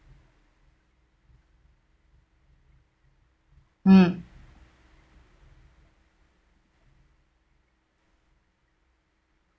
mm